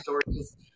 stories